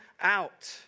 out